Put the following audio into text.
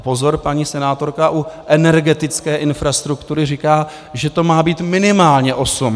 Pozor, paní senátorka u energetické infrastruktury říká, že to má být minimálně osm.